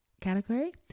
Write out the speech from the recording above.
category